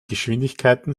geschwindigkeiten